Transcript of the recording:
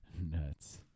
nuts